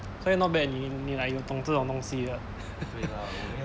所以 not bad 你你 like 有懂这种东西的